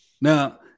Now